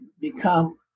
become